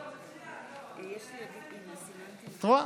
את רואה?